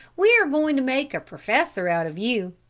we are going to make a professor out of you,